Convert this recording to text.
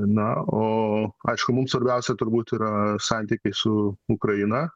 na o aišku mums svarbiausia turbūt yra santykiai su ukraina